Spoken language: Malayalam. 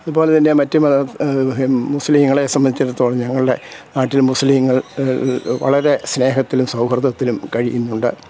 അതുപോലെ തന്നെ മറ്റു മത മുസ്ലീങ്ങളെ സംബന്ധിച്ചിടത്തോളം ഞങ്ങളുടെ നാട്ടിൽ മുസ്ലീങ്ങൾ വളരെ സ്നേഹത്തിലും സൗഹൃദത്തിലും കഴിയുന്നുണ്ട്